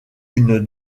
une